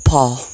Paul